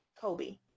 Kobe